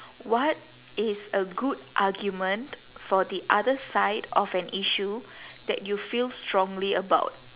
what is a good argument for the other side of an issue that you feel strongly about